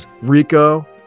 Rico